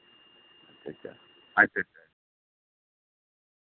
ᱟᱪᱪᱷᱟ ᱟᱪᱪᱷᱟ